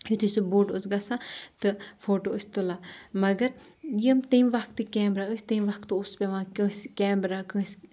یِتھُے سُہ بوٚڈ اوس گژھان تہٕ فوٹو ٲسۍ تُلان مَگر یِم تٔمۍ وَقتٕکۍ کیمرہ ٲسۍ تمہِ وَقتہٕ اوس پؠوان کٲنسہِ کیمرہ کٲنسہِ